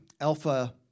Alpha